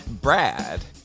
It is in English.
Brad